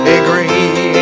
agree